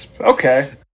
Okay